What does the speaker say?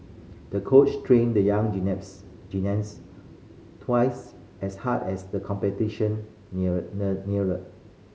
the coach trained the young gymnast twice as hard as the competition near neared neared